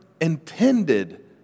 intended